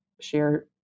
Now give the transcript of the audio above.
share